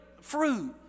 fruit